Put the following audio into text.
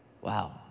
Wow